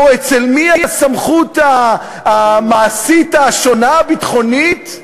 או אצל מי הסמכות המעשית, השונה, הביטחונית?